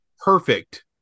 perfect